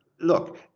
look